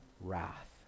wrath